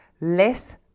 less